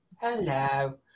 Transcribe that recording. Hello